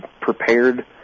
prepared